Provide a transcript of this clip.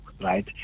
right